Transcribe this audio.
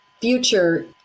future